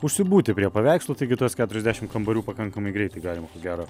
užsibūti prie paveikslų taigi tuos keturiasdešim kambarių pakankamai greitai galima ko gero